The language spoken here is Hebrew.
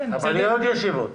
אבל יהיו עוד ישיבות.